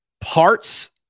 parts